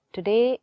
Today